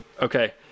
Okay